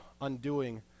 undoing